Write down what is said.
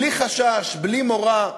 בלי חשש, בלי מורא.